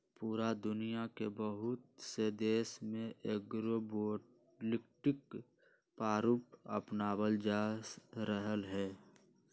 पूरा दुनिया के बहुत से देश में एग्रिवोल्टिक प्रारूप अपनावल जा रहले है